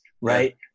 right